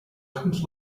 comes